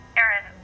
Aaron